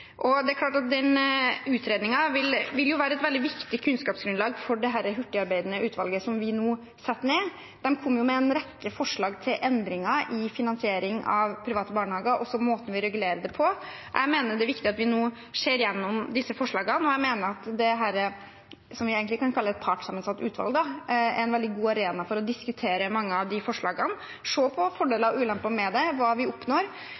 Det er klart at den utredningen vil være et veldig viktig kunnskapsgrunnlag for dette hurtigarbeidende utvalget vi nå setter ned. De kom med en rekke forslag til endringer i finansiering av private barnehager og også måten vi regulerer det på. Jeg mener det er viktig at vi nå ser gjennom disse forslagene, og jeg mener at dette vi egentlig kan kalle et partssammensatt utvalg, er en veldig god arena for å diskutere mange av de forslagene, se på fordeler og ulemper med dem, og hva vi oppnår.